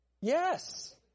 Yes